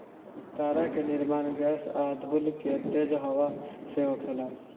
तारा के निर्माण गैस आ धूल के तेज हवा से होखेला